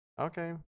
Okay